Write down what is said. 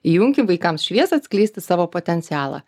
įjunkim vaikams šviesą atskleisti savo potencialą